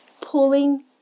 pulling